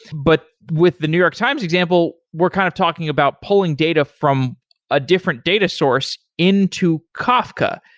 but with the new york times example, we're kind of talking about pulling data from a different data source into kafka.